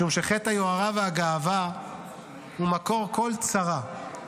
משום שחטא היוהרה והגאווה הוא מקור כל צרה,